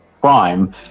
crime